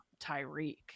Tyreek